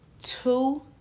two